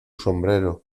sombrero